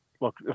look